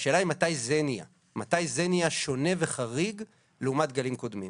השאלה מתי זה נהיה שונה וחריג לעומת גלים קודמים.